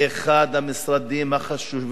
אחד המשרדים החשובים,